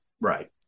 Right